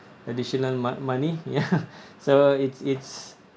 additional mo~ money ya so it's it's